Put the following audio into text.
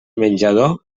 menjador